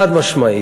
חד-משמעית,